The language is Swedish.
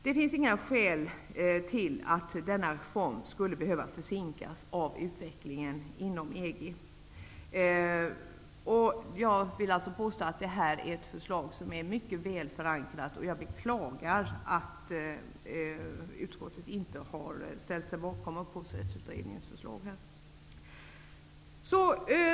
Det finns inga skäl till att denna reform skulle behöva försinkas av utvecklingen inom EG. Jag vill alltså påstå att detta är ett förslag som är mycket väl förankrat. Jag beklagar att utskottet inte har ställt sig bakom Upphovsrättsutredningens förslag.